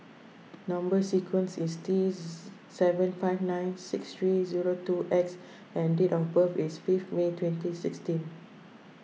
Number Sequence is T Z seven five nine six three zero two X and date of birth is fifth May twenty sixteen